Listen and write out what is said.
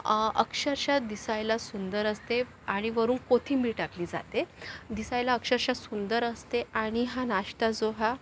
अक्षरश दिसायला सुंदर असते आणि वरून कोथिंबीर टाकली जाते दिसायला अक्षरश सुंदर असते आणि हा नाश्ता जो हा